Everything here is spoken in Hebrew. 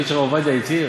להגיד שהרב עובדיה התיר?